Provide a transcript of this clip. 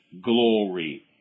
glory